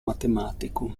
matematico